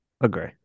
Agree